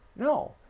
No